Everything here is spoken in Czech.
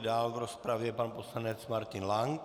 Dál v rozpravě pan poslanec Martin Lank.